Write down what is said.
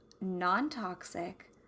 non-toxic